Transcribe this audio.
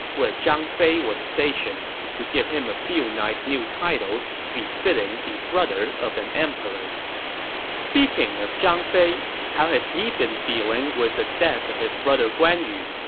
where zhang fei was stationed, to give him a few nice new titles befitting the brother of an emperor speaking of zhang fei, how has he been coping and with the death of his brother guan yu?